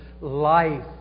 life